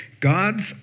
God's